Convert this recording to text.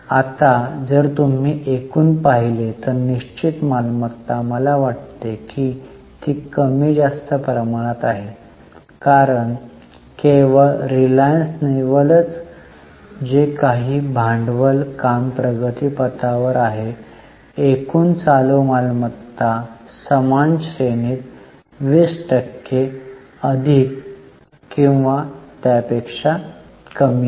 आता जर तुम्ही एकूण पाहिले तर निश्चित मालमत्ता मला वाटते की ती कमी जास्त प्रमाणात आहे कारण केवळ रिलायन्स नेवल चे काही भांडवल काम प्रगतीपथावर आहे एकूण चालू मालमत्ता समान श्रेणीत 20 टक्के अधिक किंवा त्यापेक्षा कमी आहेत